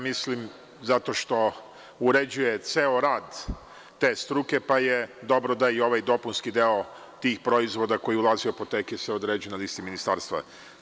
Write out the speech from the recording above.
Mislim zato što uređuje ceo rad te struke, pa je dobro da i ovaj dopunski deo tih proizvoda koji ulazi u apoteke se određuje na listi Ministarstva.